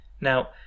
Now